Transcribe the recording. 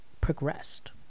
progressed